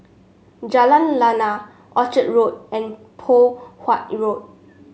Jalan Lana Orchard Road and Poh Huat Road